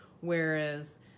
Whereas